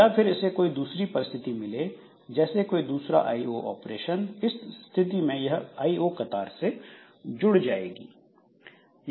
या फिर इसे कोई दूसरी परिस्थिति मिले जैसे कोई दूसरा आईओ ऑपरेशन उस स्थिति में यह आईओ की कतार से जुड़ जाती है